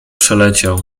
przeleciał